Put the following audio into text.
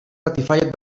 ratified